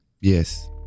Yes